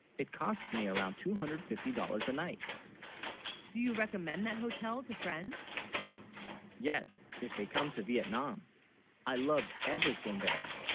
it costs me around two hundred and fifty dollars a night do you recommend that hotel to friends yes if they come to vietnam i love everything there,